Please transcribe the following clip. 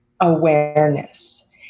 awareness